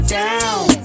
down